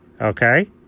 Okay